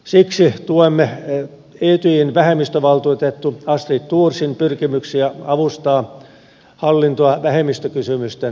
siksi tuemme etyjin vähemmistövaltuutettu astrid thorsin pyrkimyksiä avustaa hallintoa vähemmistökysymysten hoidossa